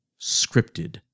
scripted